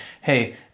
hey